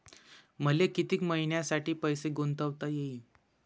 मले कितीक मईन्यासाठी पैसे गुंतवता येईन?